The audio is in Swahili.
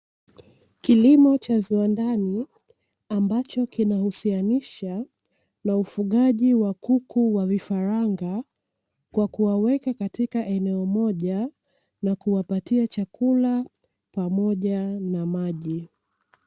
kilimo cha viwandani ambacho kinahusianisha na ufuga ji wa kuku wa vifaranga kwa kuwaweka katika eneo moja na kuwapatia chakula pamoja na maji.